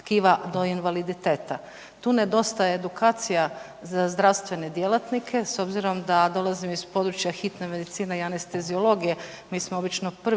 tkiva do invaliditeta. Tu nedostaje edukacija za zdravstvene djelatnike, s obzirom da dolazim iz područja hitne medicine i anesteziologije, mi smo obično prvi